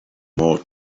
more